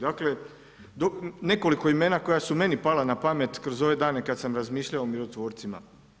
Dakle nekoliko imena koja su meni pala na pamet kroz ove dane kad sam razmišljao o mirotvorcima.